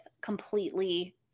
completely